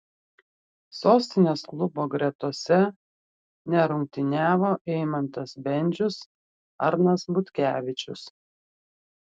sostinės klubo gretose nerungtyniavo eimantas bendžius arnas butkevičius